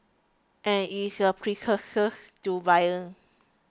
and it is a precursors to violence